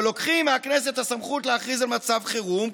אבל לוקחים מהכנסת את הסמכות להכריז על מצב חירום,